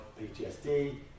PTSD